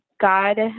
God